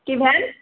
की भेल